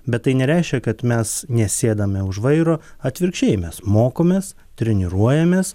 bet tai nereiškia kad mes nesėdame už vairo atvirkščiai mes mokomės treniruojamės